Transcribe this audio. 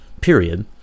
period